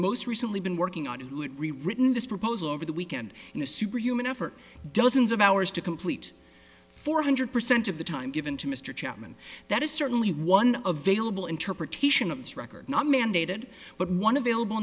most recently been working on who it rewritten this proposal over the weekend in a superhuman effort dozens of hours to complete four hundred percent of the time given to mr chapman that is certainly one of vailable interpretation of this record not mandated but one available